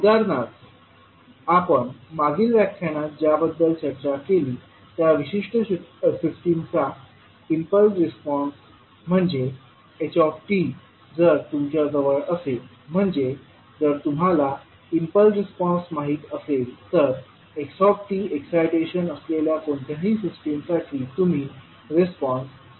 उदाहरणार्थ आपण मागील व्याख्यानात ज्याबद्दल चर्चा केली त्या विशिष्ट सिस्टीमचा इम्पल्स रिस्पॉन्स म्हणजे h जर तुमच्याजवळ असेल म्हणजे जर तुम्हाला इम्पल्स रिस्पॉन्स माहित असेल तर x एक्साइटेशन असलेल्या कोणत्याही सिस्टीमसाठी तुम्ही रिस्पॉन्स y मिळवू शकता